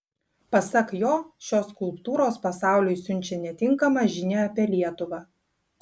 pasak jo šios skulptūros pasauliui siunčia netinkamą žinią apie lietuvą